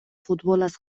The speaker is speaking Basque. futbolaz